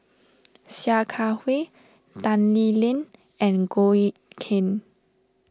Sia Kah Hui Tan Lee Leng and Goh Eck Kheng